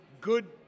good